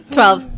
Twelve